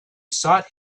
sought